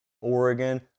Oregon